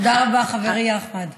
תודה רבה, חברי אחמד.